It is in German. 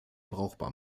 brauchbar